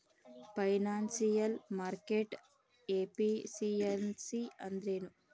Financial market efficiency ಅಂದ್ರೇನು?